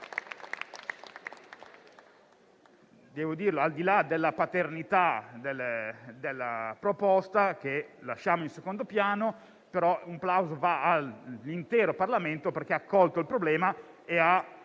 Al di là della paternità della proposta, che lasciamo in secondo piano, il plauso va all'intero Parlamento perché ha colto il problema ponendo